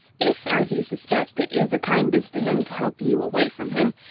if, as you suspect, it is a kindness to him to help you away from him,